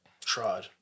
Tried